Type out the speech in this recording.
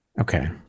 Okay